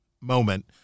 moment